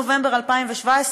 נובמבר 2017,